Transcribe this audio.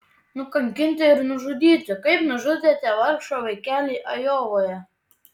nukankinti ir nužudyti kaip nužudėte vargšą vaikelį ajovoje